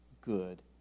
good